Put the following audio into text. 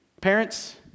parents